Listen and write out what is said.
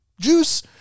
juice